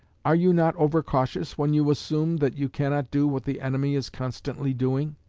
are you not over-cautious when you assume that you cannot do what the enemy is constantly doing?